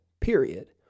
period